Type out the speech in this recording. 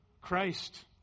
Christ